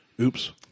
Oops